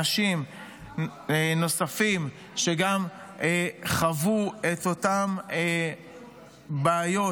אנשים נוספים שגם חוו את אותן בעיות,